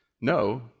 no